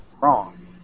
Wrong